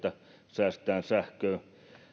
säästetään sähköä